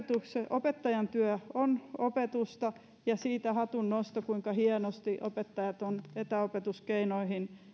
opettajan työ on opetusta ja hatunnosto siitä kuinka hienosti opettajat ovat etäopetuskeinoihin